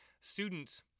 students